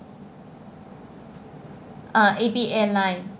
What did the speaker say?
ah A B airline